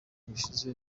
gushize